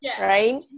right